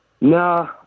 No